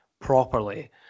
properly